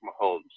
Mahomes